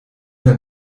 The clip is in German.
der